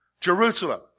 Jerusalem